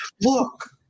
Look